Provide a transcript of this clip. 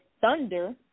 Thunder